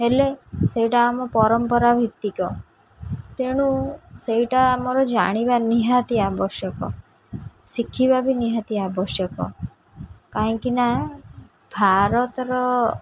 ହେଲେ ସେଇଟା ଆମ ପରମ୍ପରା ଭିତ୍ତିକ ତେଣୁ ସେଇଟା ଆମର ଜାଣିବା ନିହାତି ଆବଶ୍ୟକ ଶିଖିବା ବି ନିହାତି ଆବଶ୍ୟକ କାହିଁକି ନା ଭାରତର